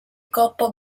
coppa